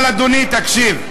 אבל, אדוני, תקשיב.